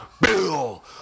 Bill